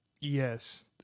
Yes